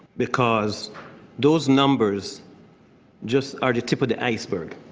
because those numbers just are the tip of the iceberg.